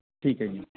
ਠੀਕ ਹੈ ਜੀ